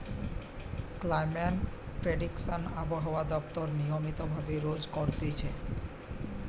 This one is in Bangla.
ক্লাইমেট প্রেডিকশন আবহাওয়া দপ্তর নিয়মিত ভাবে রোজ করতিছে